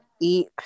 eat